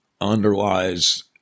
underlies